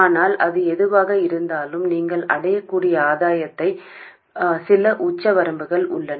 ஆனால் அது எதுவாக இருந்தாலும் நீங்கள் அடையக்கூடிய ஆதாயத்திற்கு சில உச்ச வரம்புகள் உள்ளன